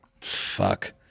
Fuck